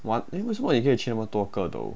one eh 为什么你可以去那么多个 though